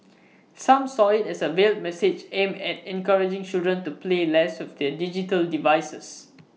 some saw IT as A veiled message aimed at encouraging children to play less with their digital devices